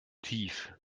tief